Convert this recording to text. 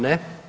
Ne.